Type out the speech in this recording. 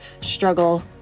struggle